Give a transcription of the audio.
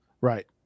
Right